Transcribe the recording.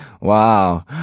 Wow